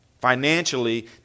financially